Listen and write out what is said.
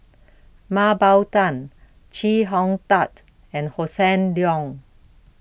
Mah Bow Tan Chee Hong Tat and Hossan Leong